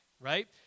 right